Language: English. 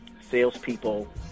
salespeople